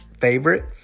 favorite